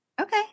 Okay